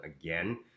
again